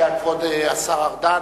בבקשה, כבוד השר ארדן.